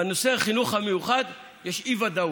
בנושא החינוך המיוחד יש אי-ודאות.